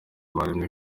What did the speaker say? barembye